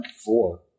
four